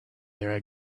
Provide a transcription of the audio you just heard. their